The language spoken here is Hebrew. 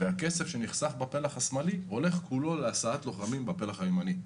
הכסף שנחסך בפלח השמאלי הולך כולו להסעת לוחמים בפלח הימני.